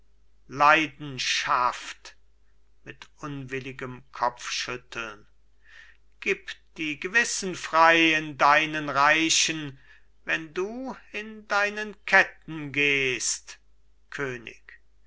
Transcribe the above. leidenschaft mit unwilligem kopfschütteln gib die gewissen frei in deinen reichen wenn du in deinen ketten gehst könig